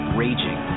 raging